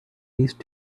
least